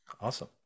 Awesome